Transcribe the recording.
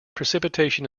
precipitation